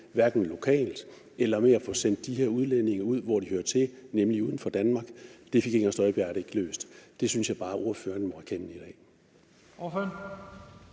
hverken lokalt eller med at få sendt de her udlændinge ud, hvor de hører til, nemlig uden for Danmark, synes jeg bare at ordføreren må erkende i dag.